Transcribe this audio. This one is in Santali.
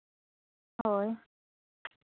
ᱦᱳᱭ